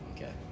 Okay